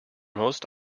most